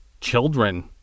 children